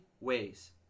ways